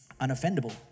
unoffendable